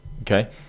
Okay